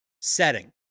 Setting